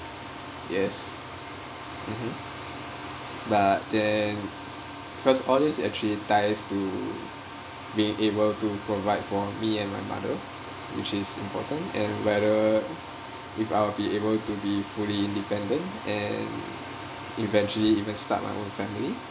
yes mmhmm but then cause all these actually ties to being able to provide for me and my mother which is important and whether if I will be able to be fully independent and eventually even start my own family